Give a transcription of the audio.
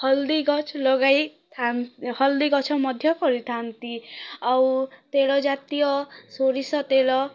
ହଲ୍ଦି ଗଛ୍ ଲଗାଇ ହଲ୍ଦି ଗଛ୍ ମଧ୍ୟ କରିଥାନ୍ତି ଆଉ ତେଲ ଜାତୀୟ ସୋରିଷ ତେଲ